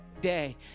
day